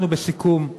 אנחנו, בסיכום,